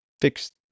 fixed